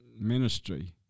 ministry